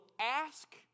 ask